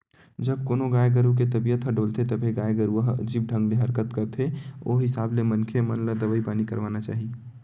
जब कोनो गाय गरु के तबीयत ह डोलथे तभे गाय गरुवा ह अजीब ढंग ले हरकत करथे ओ हिसाब ले मनखे मन ल दवई पानी करवाना चाही